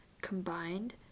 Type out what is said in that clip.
combined